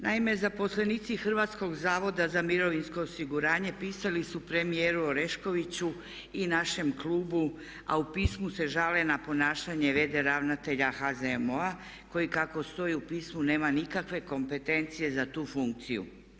Naime, zaposlenici Hrvatskog zavoda za mirovinsko osiguranje pisali su premijeru Oreškoviću i našem klubu a u pismu se žale na ponašanje v.d. ravnatelja HZMO-a koji kako stoji u pismu nema nikakve kompetencije za tu funkciju.